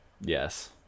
yes